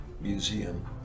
Museum